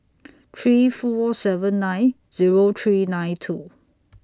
three four seven nine Zero three nine two